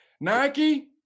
nike